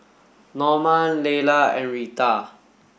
Norma Laylah and Rita